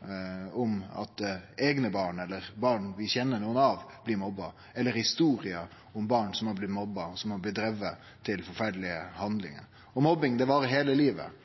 på at eigne barn eller barn av nokre vi kjenner, blir mobba, eller historier om barn som er blitt mobba, og som er blitt drivne til forferdelege handlingar. Mobbing varer heile livet –